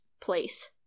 place